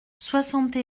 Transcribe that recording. soixante